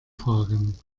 fahren